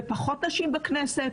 בפחות נשים בכנסת,